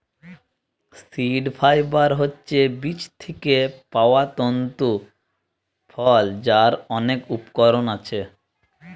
seed fibre হচ্ছে বীজ থিকে পায়া তন্তু ফল যার অনেক উপকরণ আছে